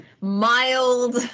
mild